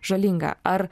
žalinga ar